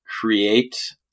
create